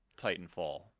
Titanfall